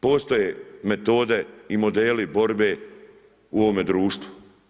Postoje metode i modeli borbe u ovome društvu.